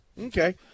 Okay